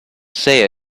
say